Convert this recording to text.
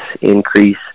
increase